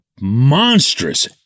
monstrous